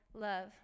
love